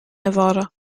nevada